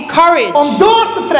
courage